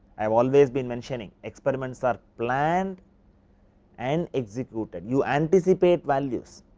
i always be mentioning experiments are plan and executed. you anticipate values